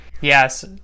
Yes